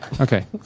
Okay